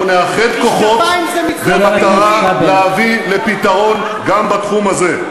אנחנו נאחד כוחות במטרה להביא לפתרון גם בתחום הזה,